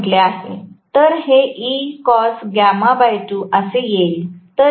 म्हणून मी OP ला जे काही E आहे ते लिहीत आहे मी या लांबीला E म्हणून म्हटले आहे तर हे असे येईल